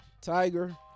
Tiger